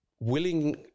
willing